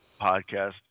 podcast